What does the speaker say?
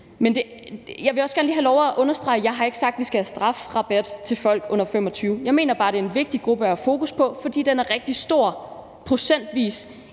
jeg vil også gerne lige have lov at understrege, at jeg ikke har sagt, at vi skal have strafrabat til folk under 25 år. Jeg mener bare, at det er en vigtig gruppe at have fokus på, fordi den procentvis